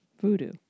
Voodoo